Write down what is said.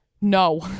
No